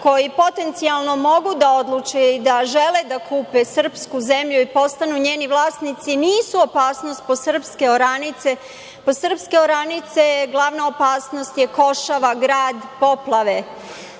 koji potencijalno mogu da odluče i da žele da kupe srpsku zemlju i postanu njeni vlasnici nisu opasnost po srpske oranice, po srpske oranice je glavna opasnost košava, grad, poplave.